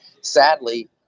sadly